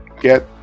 Get